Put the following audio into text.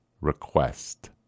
request